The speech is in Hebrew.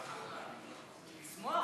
לשמוח